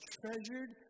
treasured